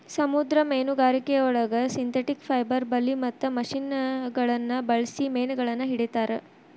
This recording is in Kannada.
ಸಮುದ್ರ ಮೇನುಗಾರಿಕೆಯೊಳಗ ಸಿಂಥೆಟಿಕ್ ಪೈಬರ್ ಬಲಿ ಮತ್ತ ಮಷಿನಗಳನ್ನ ಬಳ್ಸಿ ಮೇನಗಳನ್ನ ಹಿಡೇತಾರ